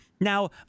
Now